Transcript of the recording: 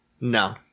no